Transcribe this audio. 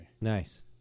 Nice